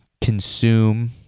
consume